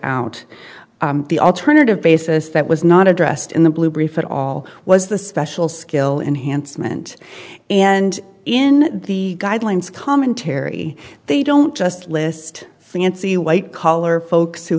out the alternative basis that was not addressed in the blue brief at all was the special skill and handsome and and in the guidelines commentary they don't just list fancy white collar folks who